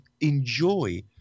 enjoy